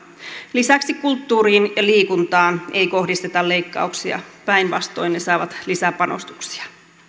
lisäksi kulttuuriin ja liikuntaan ei kohdisteta leikkauksia päinvastoin ne saavat lisäpanostuksia